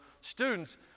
students